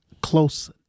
close